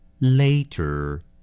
Later